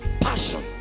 Passion